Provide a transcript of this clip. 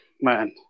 Man